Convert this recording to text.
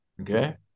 Okay